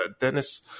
Dennis